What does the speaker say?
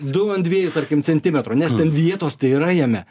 du ant dviejų tarkim centimetro nes ten vietos tai yra jame